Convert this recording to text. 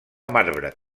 marbre